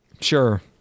sure